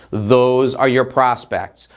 those are your prospects.